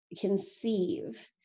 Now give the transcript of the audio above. conceive